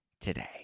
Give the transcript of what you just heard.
today